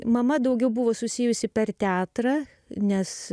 mama daugiau buvo susijusi per teatrą nes